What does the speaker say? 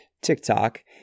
TikTok